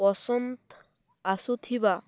ପସନ୍ଦ ଆସୁଥିବା